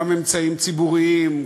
גם אמצעים ציבוריים,